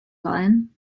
lion